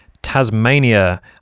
Tasmania